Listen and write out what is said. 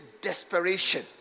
desperation